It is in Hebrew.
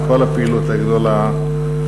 על כל הפעילות הגדולה.